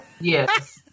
Yes